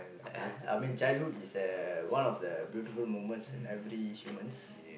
I mean childhood is a one of the beautiful moments in every humans